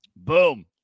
Boom